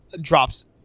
drops